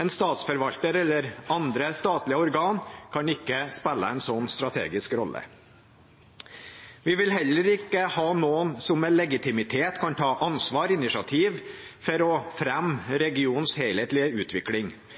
En statsforvalter eller andre statlige organ kan ikke spille en sånn strategisk rolle. Vi vil heller ikke ha noen som med legitimitet kan ta ansvar for og initiativ til å fremme regionens helhetlige utvikling.